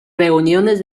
reuniones